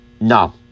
No